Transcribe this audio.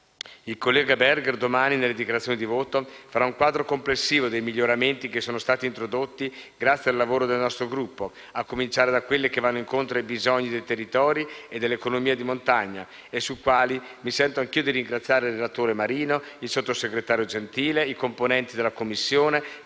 Il collega Berger nelle dichiarazioni di voto domani farà un quadro complessivo dei miglioramenti che sono stati introdotti grazie ai lavoro del nostro Gruppo, a cominciare da quelli che vanno incontro ai bisogni dei territori e dell'economia di montagna, e sul quale mi sento anch'io di ringraziare il relatore Luigi Marino, il sottosegretario Gentile, i componenti della Commissione